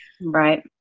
right